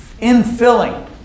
infilling